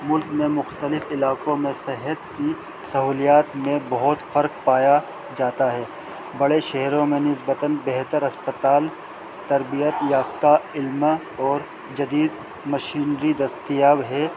ملک میں مختلف علاقوں میں صحت کی سہولیات میں بہت فرق پایا جاتا ہے بڑے شہروں میں نسبطً بہتر اسپتال تربیت یافتہ علمہ اور جدید مشینری دستیاب ہے